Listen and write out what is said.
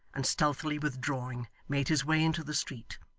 and stealthily withdrawing, made his way into the street.